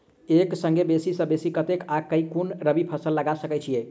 एक संगे बेसी सऽ बेसी कतेक आ केँ कुन रबी फसल लगा सकै छियैक?